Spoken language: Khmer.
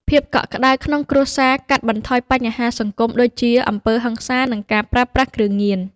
ភាពកក់ក្ដៅក្នុងគ្រួសារកាត់បន្ថយបញ្ហាសង្គមដូចជា អំពើហិង្សា និងការប្រើប្រាស់គ្រឿងញៀន។